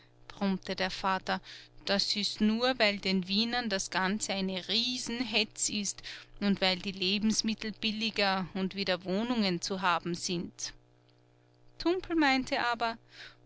brummte der vater das ist nur weil den wienern das ganze eine riesenhetz ist und weil die lebensmittel billiger und wieder wohnungen zu haben sind tumpel meinte aber